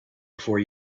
before